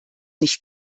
nicht